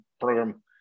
program